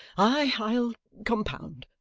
ay, i'll compound.